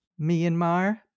Myanmar